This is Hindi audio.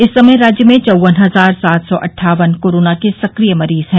इस समय राज्य में चौवन हजार सात सौ अटठावन कोरोना के सक्रिय मरीज है